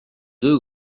deux